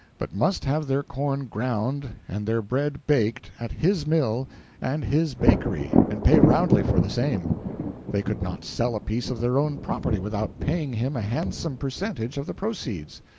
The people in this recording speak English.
but must have their corn ground and their bread baked at his mill and his bakery, and pay roundly for the same they could not sell a piece of their own property without paying him a handsome percentage of the proceeds,